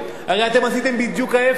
הרי אתם עשיתם בדיוק ההיפך.